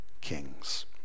kings